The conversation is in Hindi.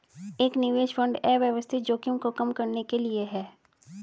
एक निवेश फंड अव्यवस्थित जोखिम को कम करने के लिए है